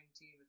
team